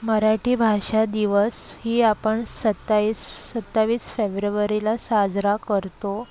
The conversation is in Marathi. मराठी भाषा दिवसही आपण सत्तावीस सत्तावीस फेब्रुवरीला साजरा करतो